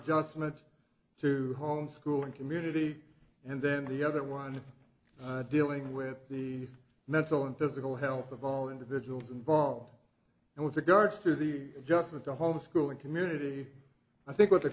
adjustment to home school and community and then the other one dealing with the mental and physical health of all individuals involved and with the guards to the adjustment to home schooling community i think what the